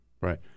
Right